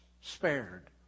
spared